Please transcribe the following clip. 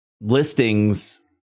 listings